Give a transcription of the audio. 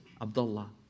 Abdullah